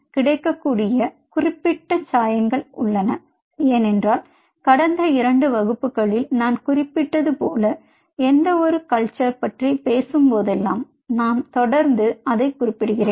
கிடைக்கக்கூடிய குறிப்பிட்ட சாயங்கள் உள்ளன ஏனென்றால் கடந்த இரண்டு வகுப்புகளில் நான் குறிப்பிட்டது போல எந்தவொரு கல்ச்சர் பற்றி பேசும்போதெல்லாம் நான் தொடர்ந்து அதைக் குறிப்பிடுகிறேன்